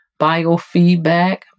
biofeedback